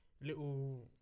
Little